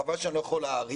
חבל שאני לא יכול להעריך,